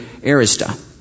Arista